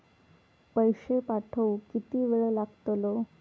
पैशे पाठवुक किती वेळ लागतलो?